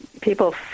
people